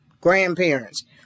grandparents